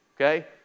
okay